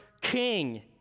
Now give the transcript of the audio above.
king